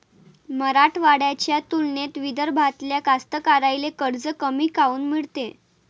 मराठवाड्याच्या तुलनेत विदर्भातल्या कास्तकाराइले कर्ज कमी काऊन मिळते?